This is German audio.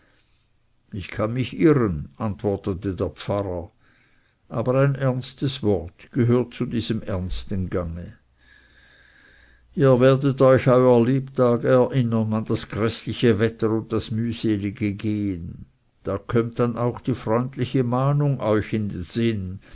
ich kann mich irren antwortete der pfarrer aber ein ernstes wort gehört zu diesem ernsten gange ihr werdet euch euer lebtag erinnern an das gräßliche wetter und das mühselige gehen da kömmt dann auch die freundliche mahnung euch in sinn